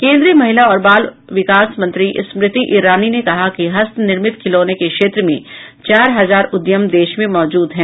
केन्द्रीय महिला और बाल विकास मंत्री स्मृति ईरानी ने कहा कि हस्तनिर्मित खिलौने के क्षेत्र में चार हजार उद्यम देश में मौजूद हैं